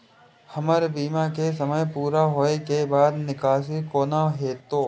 हमर बीमा के समय पुरा होय के बाद निकासी कोना हेतै?